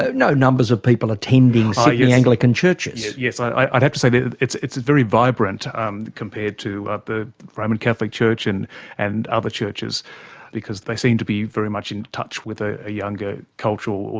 ah no, numbers of people attending so sydney anglican churches. yes, i'd have to say that it's it's very vibrant um compared to ah the roman catholic church and and other churches because they seem to be very much in touch with a younger cultural,